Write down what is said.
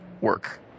work